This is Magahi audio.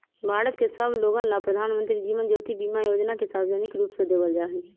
भारत के सब लोगन ला प्रधानमंत्री जीवन ज्योति बीमा योजना के सार्वजनिक रूप से देवल जाहई